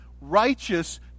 righteous